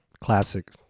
Classic